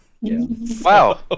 Wow